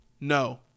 no